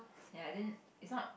ya I didn't is not